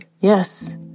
Yes